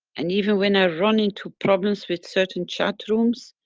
and even when i run into problems with certain chat rooms,